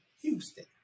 Houston